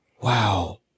Wow